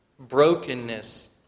brokenness